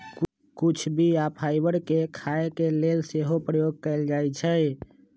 कुछ बीया फाइबर के खाय के लेल सेहो प्रयोग कयल जाइ छइ